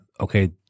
okay